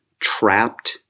Trapped